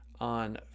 on